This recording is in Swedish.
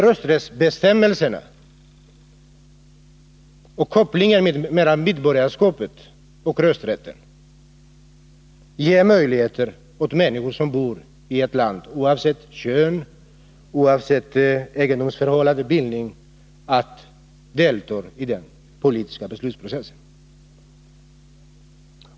Rösträtten och dess koppling till medborgarskapet ger möjligheter åt de människor som bor i ett land, oavsett kön, egendomsförhållanden och bildning, att delta i den politiska beslutsprocessen.